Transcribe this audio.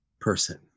person